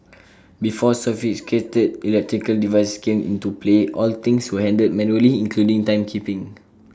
before sophisticated electrical devices came into play all things were handled manually including timekeeping